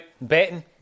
betting